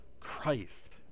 christ